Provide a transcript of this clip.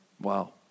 Wow